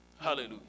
hallelujah